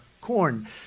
corn